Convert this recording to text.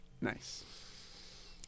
Nice